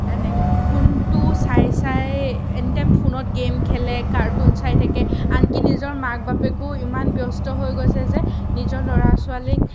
এনেকৈ ফোনটো চাই চাই এনিটাইম ফোনত গেম খেলে কাৰ্টুন চাই থাকে আনকি নিজৰ মা বাপেকো ইমান ব্যস্ত হৈ গৈছে যে নিজৰ ল'ৰা ছোৱালীক